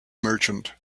merchant